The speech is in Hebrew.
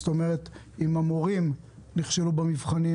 זאת אומרת שאם המורים נכשלנו במבחנים,